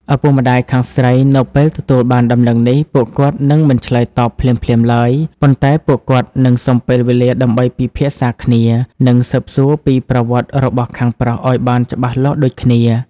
ឪពុកម្ដាយខាងស្រីនៅពេលទទួលបានដំណឹងនេះ ពួកគាត់នឹងមិនឆ្លើយតបភ្លាមៗឡើយ ប៉ុន្តែពួកគាត់នឹងសុំពេលវេលាដើម្បីពិភាក្សាគ្នា និងស៊ើបសួរពីប្រវត្តិរូបរបស់ខាងប្រុសឱ្យបានច្បាស់លាស់ដូចគ្នា។